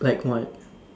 like what